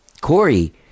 Corey